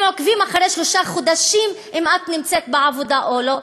הם עוקבים שלושה חודשים אם את נמצאת בעבודה או לא,